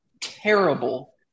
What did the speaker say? terrible